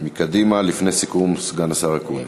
מקדימה, לפני סיכום סגן השר אקוניס.